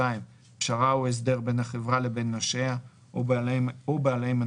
פשרה או הסדר בין החברה לבין נושיה או בעלי מניותיה,